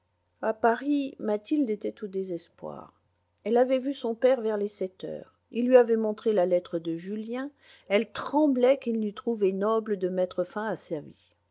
a paris mathilde était au désespoir elle avait vu son père vers les sept heures il lui avait montré la lettre de julien elle tremblait qu'il n'eût trouvé noble de mettre fin à